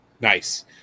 Nice